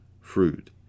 fruit